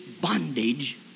bondage